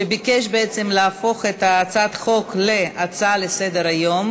שביקש בעצם להפוך את הצעת החוק להצעה לסדר-היום.